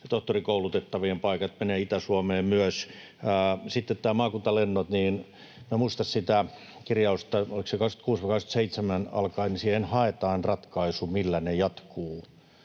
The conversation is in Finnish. tohtorikoulutettavien paikat menevät Itä-Suomeen myös. Sitten nämä maakuntalennot: minä en muista sitä kirjausta, oliko se vuodesta 26 vai 27 alkaen, kun haetaan ratkaisu siihen , millä ne jatkuvat.